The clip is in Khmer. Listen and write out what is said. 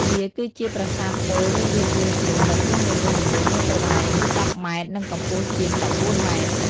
វាគឺជាប្រាសាទទោលមានរាង៤ជ្រុង ដោយជ្រុងនីមួយៗមានប្រវែង ១០ម៉ែត្រ និងកម្ពស់ជាង១៤ម៉ែត្រ។